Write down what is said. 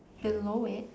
below it